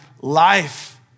life